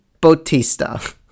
Bautista